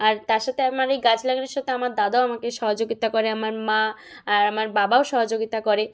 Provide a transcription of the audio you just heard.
আর তার সাথে আমার এই গাছ লাগানোর সাথে আমার দাদাও আমাকে সহযোগিতা করে আমার মা আর আমার বাবাও সহযোগিতা করে